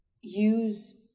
use